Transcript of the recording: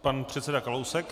Pan předseda Kalousek.